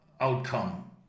outcome